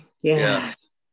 Yes